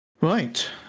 Right